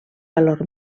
valor